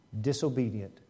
disobedient